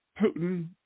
Putin –